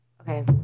okay